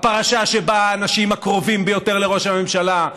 הפרשה שבה האנשים הקרובים ביותר לראש הממשלה,